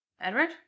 Edward